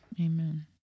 Amen